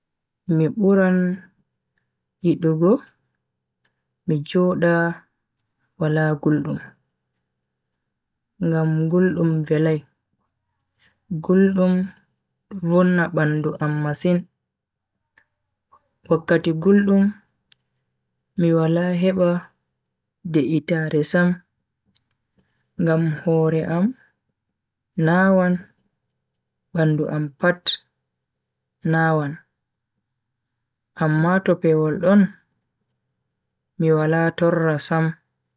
Mi buran yidugo mi joda wala guldum, ngam guldum velai. guldum do vonna bandu am masin, wakkati guldum mi Wala heba de'itaare Sam ngam hore am nawan bandu am pat nawan. amma to pewol don mi Wala torra Sam.